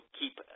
keep